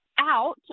out